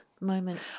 moment